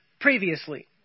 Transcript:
previously